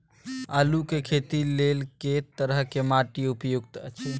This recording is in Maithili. आलू के खेती लेल के तरह के माटी उपयुक्त अछि?